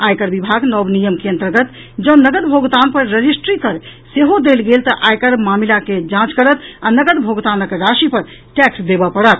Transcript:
आयकर विभाग नव नियम के अंतर्गत जॅऽ नगद भोगतान पर रजिस्ट्री कर सेहो देल गेल तऽ आयकर मामिला के जांच करत आ नगद भोगतानक राशि पर टैक्स देबऽ पड़त